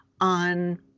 on